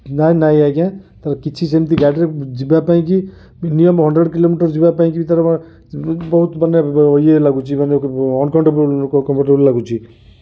ନାହିଁ ନାହିଁ ଆଜ୍ଞା ତାର କିଛି ସେମିତି ଗାଡ଼ି ରେ ଯିବା ପାଇଁକି ମିନିମମ୍ ହଣ୍ଡରେଡ଼ କିଲୋମିଟର ଯିବା ପାଇଁକି ବି ତାର ବହୁତ ମାନେ ୟେ ଲାଗୁଛି ମାନେ ଅନକମ୍ଫର୍ଟେବଲ କ କମ୍ଫର୍ଟେବଲ ଲାଗୁଛି